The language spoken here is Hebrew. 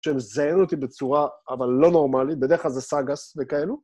שהם יזיינו אותי בצורה אבל לא נורמלית, בדרך כלל זה סגס וכאלו.